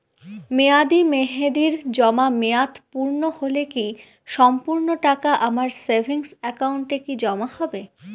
মেয়াদী মেহেদির জমা মেয়াদ পূর্ণ হলে কি সম্পূর্ণ টাকা আমার সেভিংস একাউন্টে কি জমা হবে?